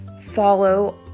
follow